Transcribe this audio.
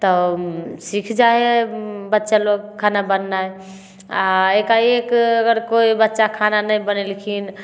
तऽ सीख जाइ हइ बच्चा लोग खाना बनेनाइ आ एकाएक अगर कोइ बच्चा खाना नहि बनेलखिन